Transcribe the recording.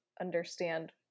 understand